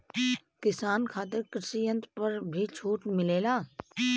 किसान खातिर कृषि यंत्र पर भी छूट मिलेला?